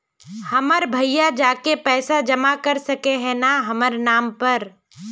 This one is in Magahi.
हमर भैया जाके पैसा जमा कर सके है न हमर नाम पर?